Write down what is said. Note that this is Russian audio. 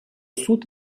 суд